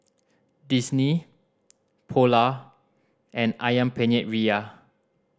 Disney Polar and Ayam Penyet Ria